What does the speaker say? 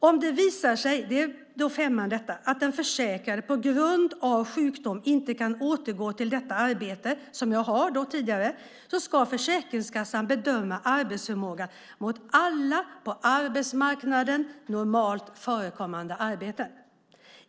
Om det visar sig att den försäkrade på grund av sjukdom inte kan gå återgå till det arbete den försäkrade sedan tidigare har ska Försäkringskassan bedöma arbetsförmågan mot alla på arbetsmarknaden normalt förekommande arbeten.